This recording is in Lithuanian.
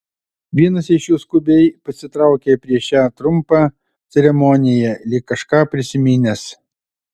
vienas iš jų skubiai pasitraukė prieš šią trumpą ceremoniją lyg kažką prisiminęs